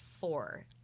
four